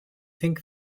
think